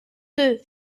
deux